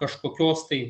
kažkokios tai